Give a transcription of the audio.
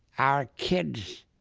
our kids